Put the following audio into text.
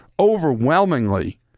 overwhelmingly